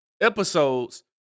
episodes